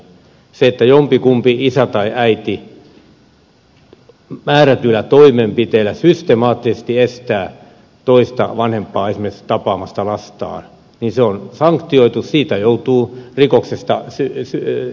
se että jompikumpi isä tai äiti määrätyllä toimenpiteellä systemaattisesti estää toista vanhempaa esimerkiksi tapaamasta lastaan on sanktioitu siitä joutuu rikoksesta syytteeseen